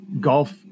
golf